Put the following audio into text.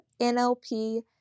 NLP